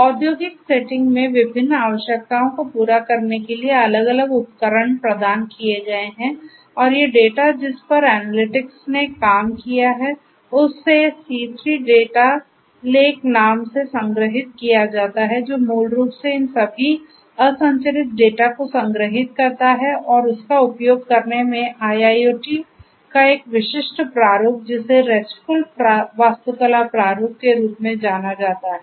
औद्योगिक सेटिंग में विभिन्न आवश्यकताओं को पूरा करने के लिए अलग अलग उपकरण प्रदान किए गए हैं और ये डेटा जिस पर एनालिटिक्स ने काम किया है उसे C3 डेटा लेक नाम से संग्रहीत किया जाता है जो मूल रूप से इस सभी असंरचित डेटा को संग्रहीत करता है और इसका उपयोग करने में IIoT का एक विशिष्ट प्रारूप जिसे RESTful वास्तुकला प्रारूप के रूप में जाना जाता है